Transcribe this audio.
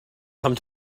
come